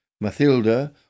Mathilda